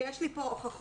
ויש לי פה הוכחות,